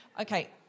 Okay